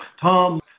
Tom